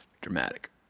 Dramatic